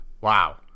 Wow